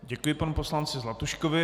Děkuji panu poslanci Zlatuškovi.